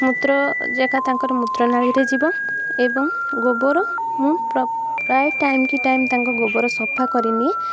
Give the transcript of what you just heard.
ମୂତ୍ର ଜାଗା ତାଙ୍କର ମୂତ୍ର ନାଳିରେ ଯିବ ଏବଂ ଗୋବର ମୁଁ ପ୍ରାୟ ଟାଇମ୍ କି ଟାଇମ୍ ତାଙ୍କ ଗୋବର ସଫା କରିନିଏ